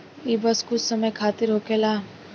ई बस कुछ समय खातिर होखेला